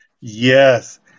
yes